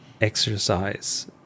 exercise